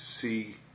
see